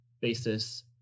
basis